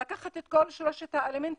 לקחת את כל שלושת האלמנטים,